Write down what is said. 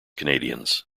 canadians